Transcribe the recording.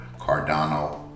cardano